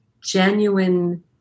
genuine